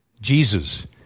Jesus